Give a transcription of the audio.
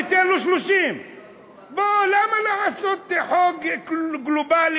ניתן לו 30. למה לעשות חוק גלובלי,